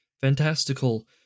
fantastical